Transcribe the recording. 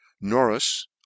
Norris